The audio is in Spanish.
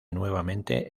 nuevamente